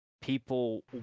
people